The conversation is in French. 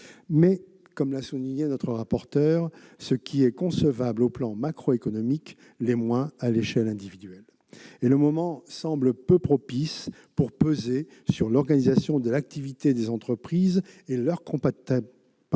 Comme l'a souligné notre rapporteur, ce qui est concevable au plan macroéconomique l'est moins à l'échelle individuelle, et le moment semble peu propice pour peser sur l'organisation de l'activité des entreprises, leur comptabilité